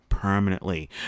Permanently